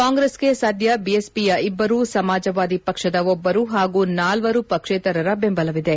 ಕಾಂಗ್ರೆಸ್ಗೆ ಸದ್ದ ಬಿಎಸ್ಪಿಯ ಇಬ್ಬರು ಸಮಾಜವಾದಿ ಪಕ್ಷದ ಒಬ್ಬರು ಹಾಗೂ ನಾಲ್ವರು ಪಕ್ಷೇತರರ ಬೆಂಬಲವಿದೆ